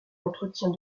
entretient